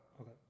Okay